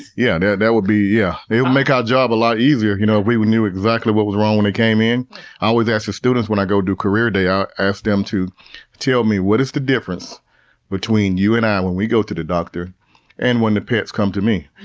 yeah yeah that would be, yeah it would make our job a lot easier. you know, if we knew exactly what was wrong when they came in. i always ask the students when i go do career day, i ask them to tell me what is the difference between you and i when we go to the doctor and when the pets come to me,